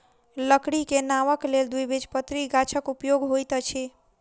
लकड़ी के नावक लेल द्विबीजपत्री गाछक उपयोग होइत अछि